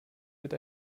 mit